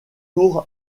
tour